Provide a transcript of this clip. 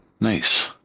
Nice